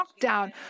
lockdown